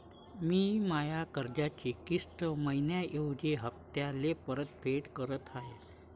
मी माया कर्जाची किस्त मइन्याऐवजी हप्त्याले परतफेड करत आहे